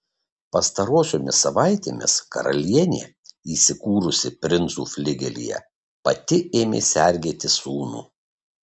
pastarosiomis savaitėmis karalienė įsikūrusi princų fligelyje pati ėmė sergėti sūnų